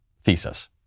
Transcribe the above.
thesis